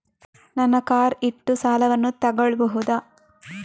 ನನ್ನ ಕಾರ್ ಇಟ್ಟು ಸಾಲವನ್ನು ತಗೋಳ್ಬಹುದಾ?